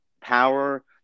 power